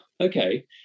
okay